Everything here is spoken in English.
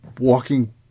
walking